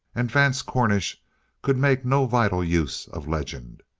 and vance cornish could make no vital use of legend.